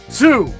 two